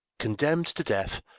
condemned to death,